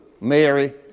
Mary